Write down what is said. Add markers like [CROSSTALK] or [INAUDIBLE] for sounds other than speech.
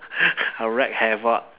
[LAUGHS] I will wreck havoc